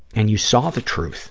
and you saw the truth